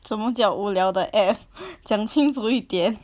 什么叫无聊的 app 讲清楚一点